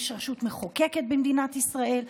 יש רשות מחוקקת במדינת ישראל,